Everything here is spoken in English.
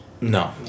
No